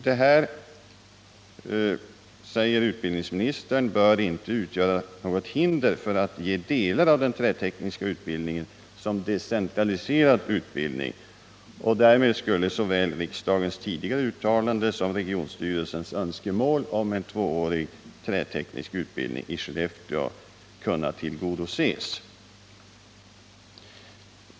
Detta, säger utbildningsministern, bör inte utgöra något hinder för att ge delar av den trätekniska utbildningen som decentraliserad utbildning. Därmed skulle såväl riksdagens tidigare uttalande som regionstyrelsens önskemål om en tvåårig träteknisk utbildning i Skellefteå kunna tillgodoses.